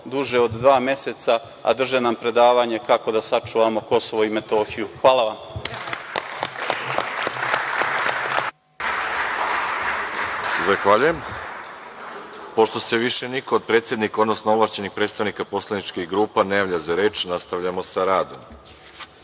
duže od dva meseca, a drže nam predavanje kako da sačuvamo Kosov i Metohiju. Hvala vam. **Veroljub Arsić** Zahvaljujem. Pošto se više niko od predsednika, odnosno ovlašćenih predstavnika poslaničkih grupa ne javlja za reč, nastavljamo sa